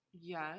Yes